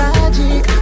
Magic